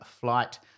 flight